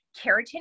keratin